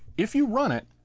if you run it.